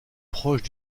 proche